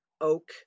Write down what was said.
oak